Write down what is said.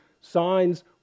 signs